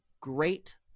great